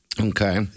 Okay